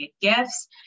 gifts